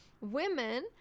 women